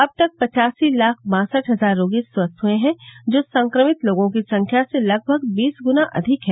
अब तक पचासी लाख बासठ हजार रोगी स्वस्थ हुए हैं जो संक्रमित लोगों की संख्या से लगभग बीस गुना अधिक है